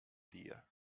dir